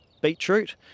beetroot